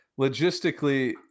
logistically